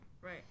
Right